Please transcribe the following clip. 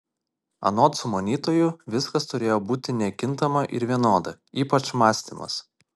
anot sumanytojų viskas turėjo būti nekintama ir vienoda ypač mąstymas